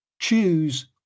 choose